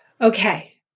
Okay